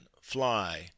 fly